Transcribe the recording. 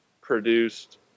produced